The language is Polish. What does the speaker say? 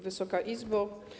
Wysoka Izbo!